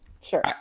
sure